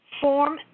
Form